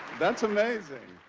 that's amazing.